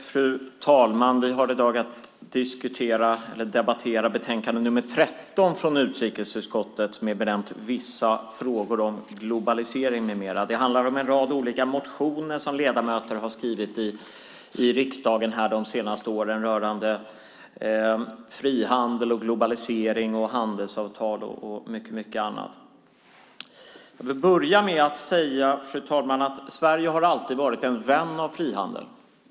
Fru talman! Vi debatterar i dag utrikesutskottets betänkande nr 13 Vissa frågor om globalisering m.m. Det handlar om en rad olika motioner som ledamöterna i riksdagen har skrivit rörande frihandel, globalisering, handelsavtal och mycket annat. Sverige har alltid varit en vän av frihandel.